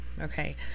Okay